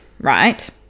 right